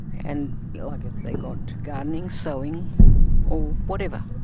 and like if they've got gardening, sewing or whatever,